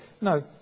No